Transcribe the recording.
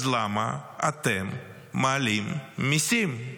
אז למה אתם מעלים מיסים?